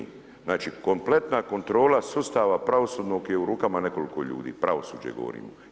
Znači kompletna kontrola sustava pravosudnog je u rukama nekoliko ljudi, pravosuđe govorimo.